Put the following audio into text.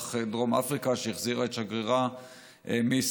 כך דרום אפריקה שהחזירה את שגרירה מישראל,